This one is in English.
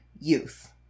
youth